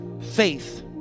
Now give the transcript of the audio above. faith